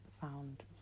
found